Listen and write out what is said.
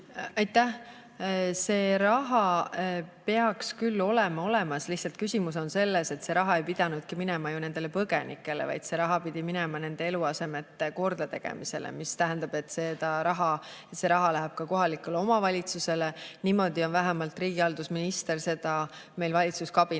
Aitäh! See raha peaks küll olema olemas, lihtsalt küsimus on selles, et see raha ei pidanudki minema ju nendele põgenikele, vaid see raha pidi minema nende eluasemete kordategemiseks. See tähendab, et see raha läheb kohalikule omavalitsusele. Niimoodi on vähemalt riigihalduse minister meil valitsuskabinetis